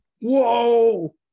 Whoa